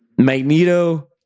Magneto